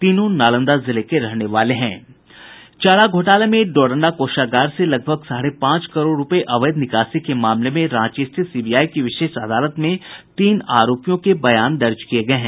तीनों नालंदा जिले के रहने वाले हैं चारा घोटाला में डोरंडा कोषागार से लगभग साढ़े पांच करोड़ रूपये अवैध निकासी के मामले में रांची स्थित सीबीआई की विशेष अदालत में तीन आरोपियों के बयान दर्ज किये गये हैं